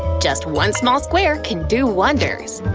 just one small square can do wonders.